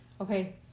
Okay